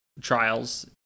trials